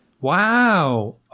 wow